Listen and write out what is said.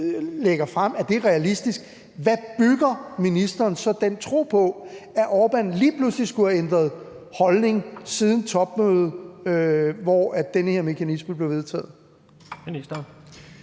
lægger frem, altså at det er realistisk, hvad bygger ministeren så den tro på, at Orbán lige pludselig skulle have ændret holdning siden topmødet, hvor den her mekanisme blev vedtaget?